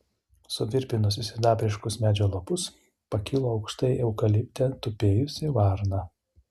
suvirpinusi sidabriškus medžio lapus pakilo aukštai eukalipte tupėjusi varna